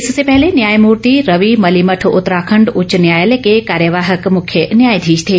इससे पहले न्यायमूर्ति रवि मलिमठ उत्तराखंड उच्च न्यायालय के कार्यवाहक मुख्य न्यायाधीश थे